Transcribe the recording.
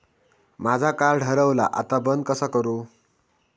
माझा कार्ड हरवला आता बंद कसा करू?